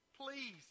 please